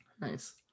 Nice